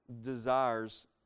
desires